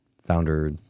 founder